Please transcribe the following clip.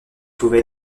pouvait